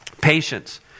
Patience